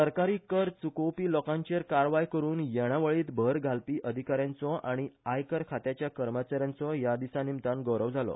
सरकारी कर चुकोवपी लोकांचेर कारवाय करुन येणावळीत भर घालपी अधिका यांचो आनी आयकर खात्याच्या कर्मचा यांचो ह्या दिसा निमतान गौरव जालो